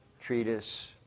treatise